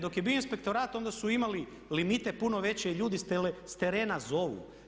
Dok je bio inspektorat onda su imali limite puno veće i ljudi s terena zovu.